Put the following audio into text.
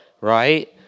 right